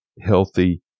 healthy